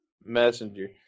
Messenger